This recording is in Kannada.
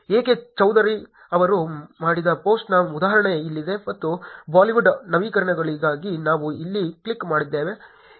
ವಿಕೆ ಚೌಧರಿ ಅವರು ಮಾಡಿದ ಪೋಸ್ಟ್ನ ಉದಾಹರಣೆ ಇಲ್ಲಿದೆ ಮತ್ತು ಬಾಲಿವುಡ್ ನವೀಕರಣಗಳಿಗಾಗಿ ನಾವು ಇಲ್ಲಿ ಕ್ಲಿಕ್ ಮಾಡಿದ್ದೇವೆ